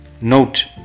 note